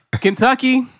Kentucky